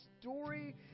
story